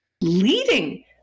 leading